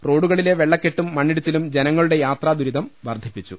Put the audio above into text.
റോഡുകളിലെ വെള്ളക്കെട്ടും മണ്ണിടിച്ചിലും ജനങ്ങളുടെ യാത്രാ ദുരിതം വർധിപ്പിച്ചു